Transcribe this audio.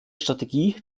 strategie